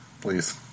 please